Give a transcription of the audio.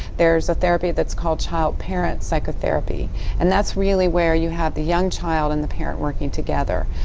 there is a therapy that's called child parent psychotherapy and that's really where you have the young child and the parent working together.